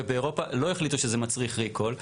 ובאירופה לא החליטו שזה מצריך ריקול,